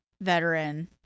veteran